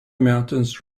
mountains